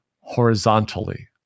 horizontally